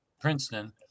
Princeton